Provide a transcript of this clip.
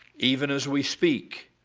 even as we speak,